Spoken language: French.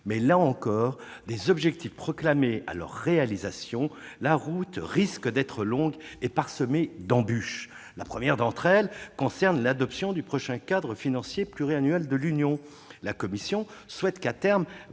Mais, là encore, des objectifs proclamés à leur atteinte, la route risque d'être longue et parsemée d'embûches. La première d'entre elles concerne l'adoption du prochain cadre financier pluriannuel de l'Union. La Commission souhaite qu'à terme